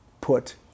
put